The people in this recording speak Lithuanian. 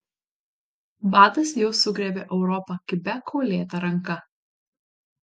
badas jau sugriebė europą kibia kaulėta ranka